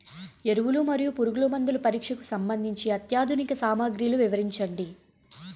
ఎరువులు మరియు పురుగుమందుల పరీక్షకు సంబంధించి అత్యాధునిక సామగ్రిలు వివరించండి?